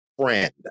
friend